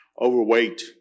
overweight